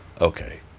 okay